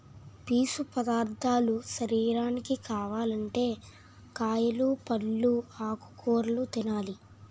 పీసు పదార్ధాలు శరీరానికి కావాలంటే కాయలు, పల్లు, ఆకుకూరలు తినాలి